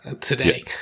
today